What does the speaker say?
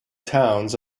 towns